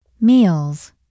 Meals